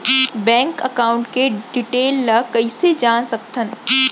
Bank account के detail ल कइसे जान सकथन?